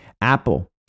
Apple